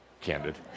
candid